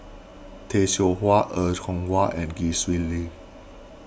Tay Seow Huah Er Kwong Wah and Gwee Sui Li